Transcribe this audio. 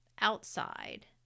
outside